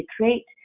create